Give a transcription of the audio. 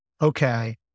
okay